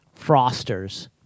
Frosters